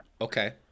Okay